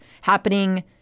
happening